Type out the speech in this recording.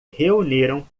reuniram